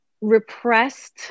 repressed